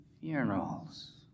funerals